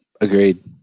agreed